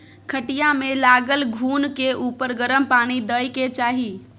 खटिया मे लागल घून के उपर गरम पानि दय के चाही